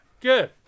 good